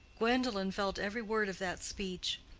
gwendolen felt every word of that speech.